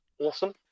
awesome